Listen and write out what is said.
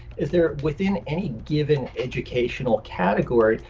is there within any given educational category,